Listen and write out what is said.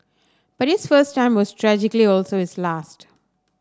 but his first time was tragically also his last